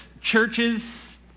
churches